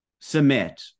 submit